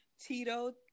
tito